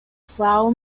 flour